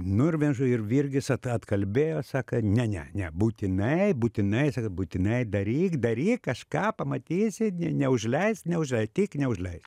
nu ir vien žo ir virgis at atkalbėjo sako ne ne ne būtinai būtinai būtinai daryk daryk kažką pamatysi ne neužleisk neužleisk tik neužleisk